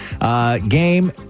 game